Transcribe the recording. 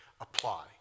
apply